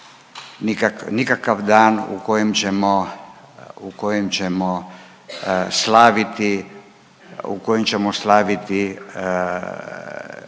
nikakav dan u kojem ćemo slaviti ono